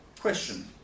question